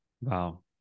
Wow